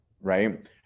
right